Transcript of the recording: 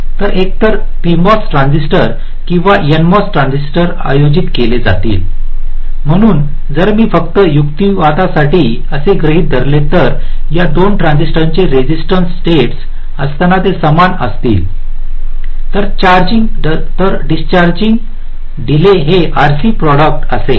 तर एकतर PMOS transistor किंवा एनएमओएस ट्रान्झिस्टर आयोजित केले जातील म्हणून जर मी फक्त युक्तिवादासाठी असे गृहीत धरले तर या 2 ट्रान्झिस्टरचे रेसिस्टन्स स्टेट्स असताना ते समान असतील तर चार्ज डिस्चार्जिंग डीले हे RC प्रॉडक्ट असेल